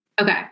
okay